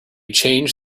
change